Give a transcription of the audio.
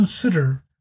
consider